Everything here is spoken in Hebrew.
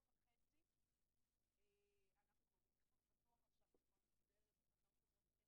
אנחנו כבר בסכסוך פתוח בצורה מסודרת.